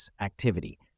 Activity